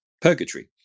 purgatory